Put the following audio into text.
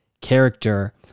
character